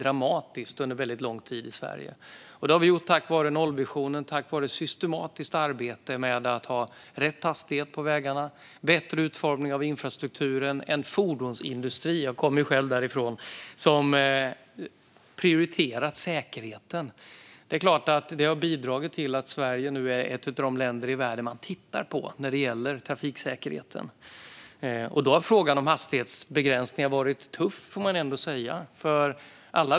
Det har vi gjort tack vare nollvisionen, ett systematiskt arbete med att ha rätt hastighet på vägarna, rätt utformning av infrastrukturen och en fordonsindustri - jag kommer själv därifrån - som prioriterat säkerheten. Det är klart att detta har bidragit till att Sverige nu är ett av de länder i världen som man tittar på när det gäller trafiksäkerhet. Frågan om hastighetsbegränsningar har varit tuff, får man ändå säga.